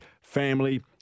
family